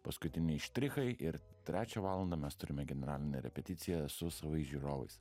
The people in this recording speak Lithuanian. paskutiniai štrichai ir trečią valandą mes turime generalinę repeticiją su savais žiūrovais